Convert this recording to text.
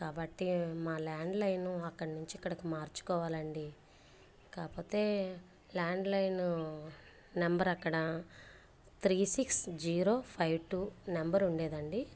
కాబట్టి మా ల్యాండ్లైను అక్కడ్నుంచి ఇక్కడికి మార్చుకోవాలండి కాపోతే ల్యాండ్లైను నెంబర్ అక్కడ three six zero five two number ఉండేదండి